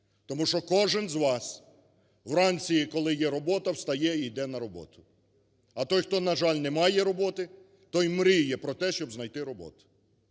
Тому що кожен з вас вранці, коли є робота, встає і йде на роботу. А той, хто, на жаль, не має роботи, той мріє про те, щоб знайти роботу.